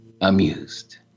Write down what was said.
amused